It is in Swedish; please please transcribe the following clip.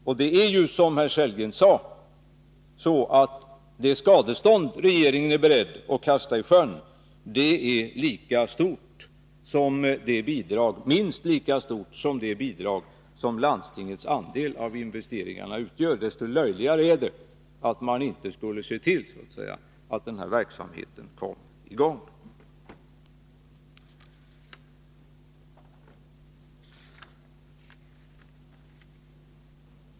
Som herr Sellgren sade är det skadestånd som regeringen är beredd att kasta i sjön minst lika stort som det bidrag som landstingets andel av investeringarna utgör. Mot den bakgrunden är det desto löjligare att inte se till att verksamheten kommer i gång.